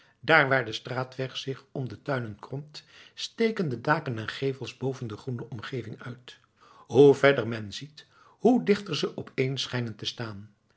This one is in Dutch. daar waar de straatweg zich om de tuinen kromt steken de daken en gevels boven de groene omgeving uit hoe verder men ziet hoe dichter ze opeen schijnen te staan